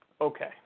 Okay